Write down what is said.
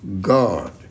God